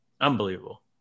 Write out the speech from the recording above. Unbelievable